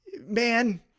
man